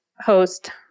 host